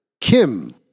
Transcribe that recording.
Kim